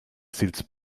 sils